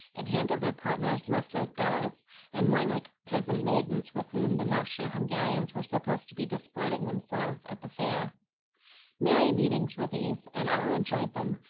and handle their partners less like dolls and more like peasant maidens with whom the martial hungarians were supposed to be disporting themselves at the fair merry meetings were these and all enjoyed them,